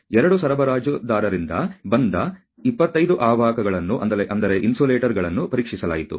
2 ಸರಬರಾಜುದಾರರಿಂದ ಬಂದ 25 ಅವಾಹಕಗಳನ್ನು ಪರೀಕ್ಷಿಸಲಾಯಿತು